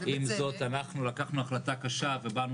עם זאת אנחנו לקחנו החלטה קשה ובאנו